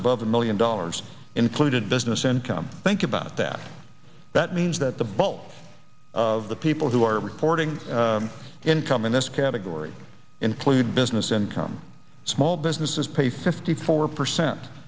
above a million dollars included business income think about that that means that the bulk of the people who are reporting income in this category include business income small businesses pay fifty four percent